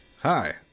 Hi